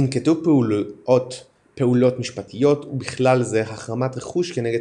ננקטו פעולות משפטיות ובכלל זה החרמת רכוש כנגד